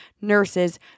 nurses